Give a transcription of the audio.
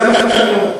זה מה שאני אומר.